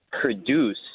produce